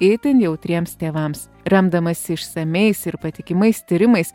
itin jautriems tėvams remdamasi išsamiais ir patikimais tyrimais